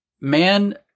Man